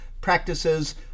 practices